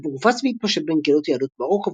הספר הופץ והתפשט בין קהילות יהדות מרוקו